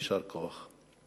יישר כוח.